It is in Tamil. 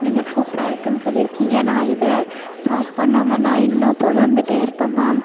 நீங்கள் சூப்பராக இருக்குதுன்னு சொல்லியிருக்கீங்க நான் இதை ஸ்டாப் பண்ணாமல் நான் இன்னும் தொடர்ந்துகிட்டே இருப்பேன் மேம்